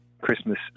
Christmas